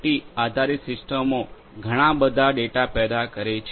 T આધારિત સિસ્ટમો ઘણાં બધા ડેટા પેદા કરે છે